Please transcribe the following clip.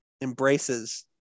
embraces